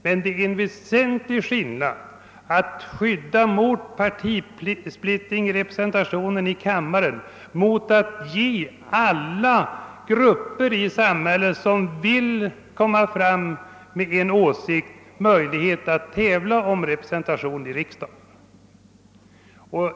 Det är dock en väsentlig skillnad mellan att skapa ett skydd mot partisplittring i fråga om representationen i riksdagen och att ge alla grupper i samhället som vill komma fram med en åsikt möjlighet att tävla om representation i riksdagen.